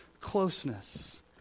closeness